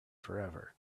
forever